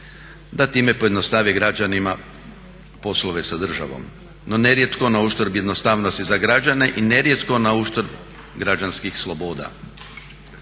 da time pojednostavni i građanima poslove sa državom, no nerijetko na uštrb jednostavnosti za građane i nerijetko na uštrb građanskih sloboda.